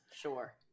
sure